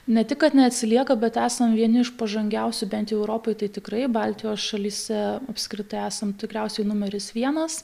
ne tik kad neatsilieka bet esam vieni iš pažangiausių bent jau europoj tai tikrai baltijos šalyse apskritai esam tikriausiai numeris vienas